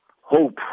hope